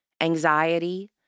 anxiety